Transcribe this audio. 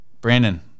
Brandon